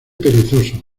perezoso